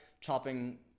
chopping